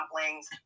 dumplings